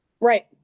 Right